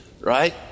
right